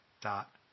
dot